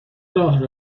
راه